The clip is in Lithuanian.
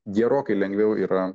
gerokai lengviau yra